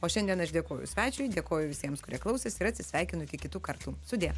o šiandien aš dėkoju svečiui dėkoju visiems kurie klausėsi ir atsisveikinu iki kitų kartų sudie